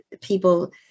people